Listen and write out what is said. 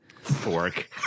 Fork